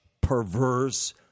perverse